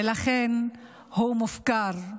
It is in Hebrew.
ולכן הוא מופקר.